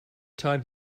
time